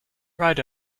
right